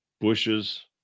bushes